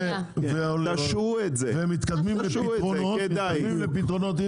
ומתקדמים לפתרונות,